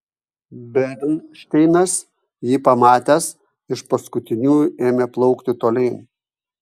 bernšteinas jį pamatęs iš paskutiniųjų ėmė plaukti tolyn